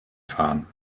fahren